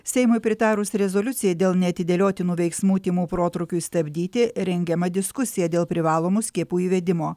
seimui pritarus rezoliucijai dėl neatidėliotinų veiksmų tymų protrūkiui stabdyti rengiama diskusija dėl privalomų skiepų įvedimo